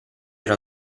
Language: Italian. era